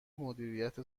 مدیریت